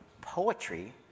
poetry